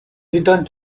returned